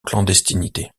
clandestinité